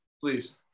please